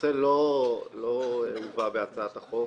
הנושא לא הובא בהצעת החוק